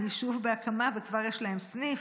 יישוב בהקמה וכבר יש להם סניף,